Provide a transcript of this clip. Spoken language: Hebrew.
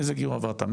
איזה גיור עברת,